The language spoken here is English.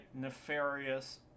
nefarious